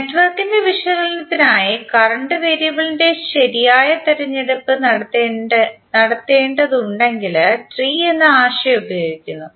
നെറ്റ്വർക്കിന്റെ വിശകലനത്തിനായി കറന്റ് വേരിയബിളിന്റെ ശരിയായ തിരഞ്ഞെടുപ്പ് നടത്തേണ്ടതുണ്ടെങ്കിൽ ട്രീ എന്ന ആശയം ഉപയോഗിക്കുന്നു